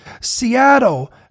Seattle